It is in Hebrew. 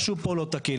משהו פה לא תקין.